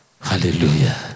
Hallelujah